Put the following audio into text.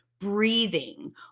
Breathing